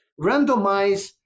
randomize